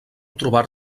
trobar